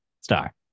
Star